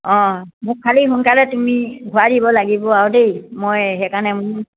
অঁ মোক খালী সোনকালে তুমি ঘূৰাই দিব লাগিব আৰু দেই মই সেইকাৰণে মোৰ